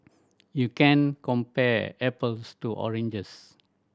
you can compare apples to oranges